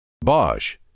Bosch